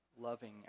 loving